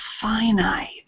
finite